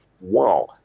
wow